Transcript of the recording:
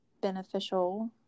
beneficial